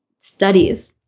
studies